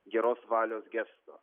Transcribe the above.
geros valios gesto